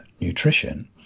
nutrition